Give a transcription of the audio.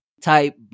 type